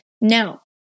now